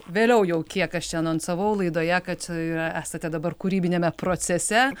vėliau jau kiek aš čia anonsavau laidoje kad yra esate dabar kūrybiniame procese